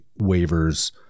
waivers